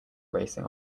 racing